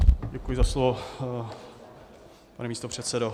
Děkuji za slovo, pane místopředsedo.